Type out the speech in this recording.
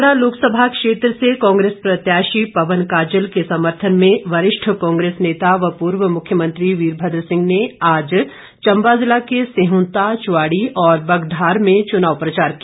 कांगड़ा लोकसभा क्षेत्र से कांग्रेस प्रत्याशी पवन काजल के समर्थन में वरिष्ठ कांग्रेस नेता व पूर्व मुख्यमंत्री वीरभद्र सिंह ने आज चंबा जिला के सिहुंता चुवाड़ी और बगढार में चुनाव प्रचार किया